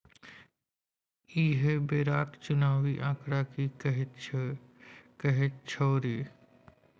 एहि बेरक चुनावी आंकड़ा की कहैत छौ रे